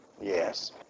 Yes